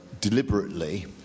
deliberately